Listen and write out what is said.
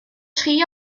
tri